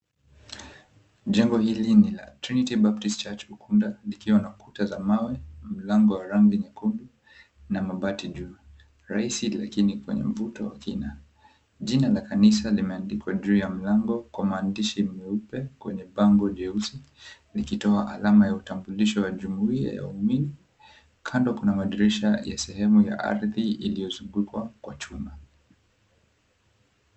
Jengo hili ni la Trinity Baptist Church Ukunda likiwa na kuta za mawe, mlango wa rangi nyekundu, na mabati juu. Raisi lakini kwenye mbuto wa kina. Jina la kanisa limeandikwa juu ya mlango, kwa maandishi meupe kwenye bango jeusi, likitoa alama ya utambulisho ya jumuiya ya umini, kando kuna madirisha ya sehemu ya arthi iliozungukwa kwa chuma.